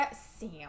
Sam